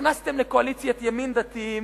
נכנסתם לקואליציית ימין דתיים,